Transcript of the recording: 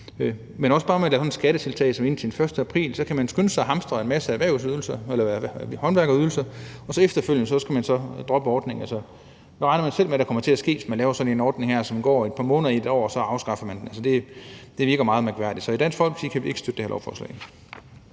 Men også bare med det at lave et skattetiltag, som indføres den 1. april. Så kan man skynde sig at hamstre en masse håndværkerydelser – og efterfølgende droppes ordningen så. Altså, hvad regner man selv med, at der kommer til at ske, når man laver sådan en ordning her, som går et par måneder i et år, og så afskaffer man den? Det virker meget mærkværdigt. Så i Dansk Folkeparti kan vi ikke støtte det her lovforslag.